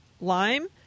lime